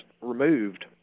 removed